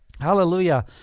Hallelujah